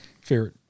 favorite